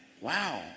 Wow